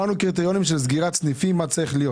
אמרנו גם קריטריונים של סגירת סניפים ומה צריך להיות.